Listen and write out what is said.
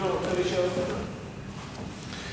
(זכאות להטבות למי שאינו זכאי לגמלה להבטחת הכנסה בשל הכנסה מפנסיה),